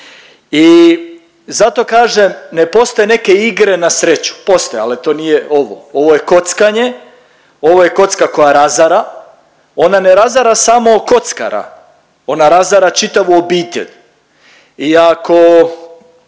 i zato kažem ne postoje neke igre na sreću. Postoje ali to nije ovo, ovo je kockanje, ovo je kocka koja razara. Ona je razara samo kockara, ona razara čitavu obitelj i ako